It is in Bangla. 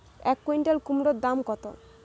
এক কুইন্টাল কুমোড় দাম কত?